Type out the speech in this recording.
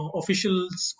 officials